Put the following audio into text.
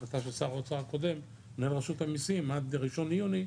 החלטה של שר האוצר הקודם ומנהל רשות המיסים עד ל-1 ליוני,